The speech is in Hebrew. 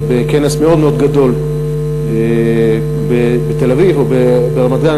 בכנס מאוד גדול בתל-אביב או ברמת-גן,